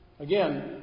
Again